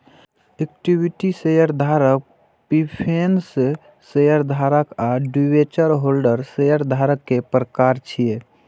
equity शेयरधारक, preference शेयरधारक आ डिवेंचर होल्डर शेयरधारक के प्रकार छियै